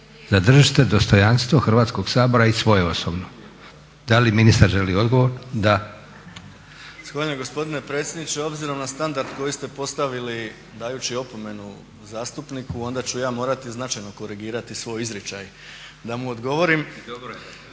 Zadržite dostojanstvo Hrvatskog sabora i svoje osobno. Da li ministar želi odgovor? Da. **Bauk, Arsen (SDP)** Zahvaljujem gospodine predsjedniče. Obzirom na standard koji ste postavili dajući opomenu zastupniku onda ću ja morati značajno korigirati svoj izričaj da mu odgovorim. Dakle,